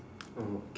okay